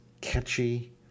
catchy